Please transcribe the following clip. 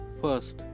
First